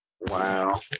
Wow